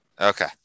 Okay